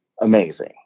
amazing